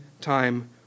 time